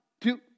two